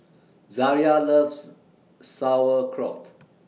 Zaria loves Sauerkraut